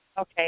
Okay